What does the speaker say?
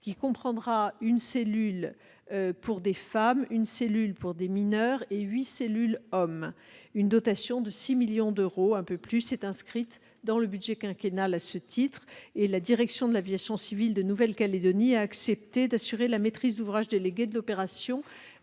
qui comprendra une cellule pour femme, une cellule pour mineur et huit cellules pour homme. Une dotation légèrement supérieure à 6 millions d'euros est inscrite dans le budget quinquennal à ce titre et la direction de l'aviation civile de Nouvelle-Calédonie a accepté d'assurer la maîtrise d'ouvrage déléguée de l'opération,